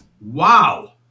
Wow